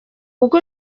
kuko